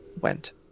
went